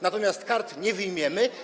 Natomiast kart nie wyjmiemy.